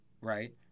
right